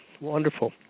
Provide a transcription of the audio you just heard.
wonderful